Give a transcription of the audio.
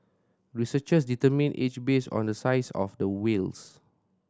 researchers determine age based on the size of the whales